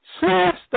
sister